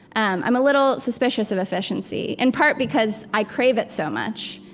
um i'm a little suspicious of efficiency, in part, because i crave it so much,